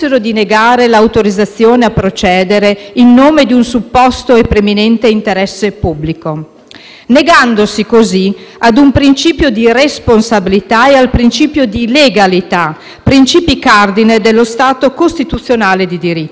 negandosi così a un principio di responsabilità e al principio di legalità, principi cardine dello Stato costituzionale di diritto. Il voto di oggi ha dunque solo per oggetto una vicenda giudiziaria, che